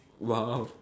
!wow!